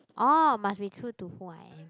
oh must be cool to who I am